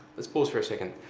let's pause for a second.